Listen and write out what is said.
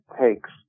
takes